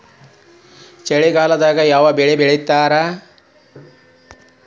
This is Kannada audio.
ಚಳಿಗಾಲದಾಗ್ ಯಾವ್ ಬೆಳಿ ಬೆಳಿತಾರ?